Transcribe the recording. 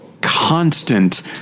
constant